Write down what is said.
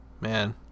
man